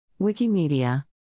Wikimedia